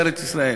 בארץ-ישראל.